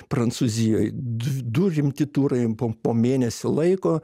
prancūzijoj du rimti turai po mėnesį laiko